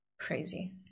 crazy